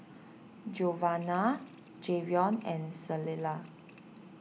Giovanna Jayvion and Clella